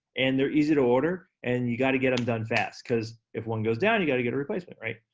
and they're easy to order, and you gotta get em done fast, cause if one goes down, you gotta get a replacement, right?